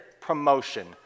promotion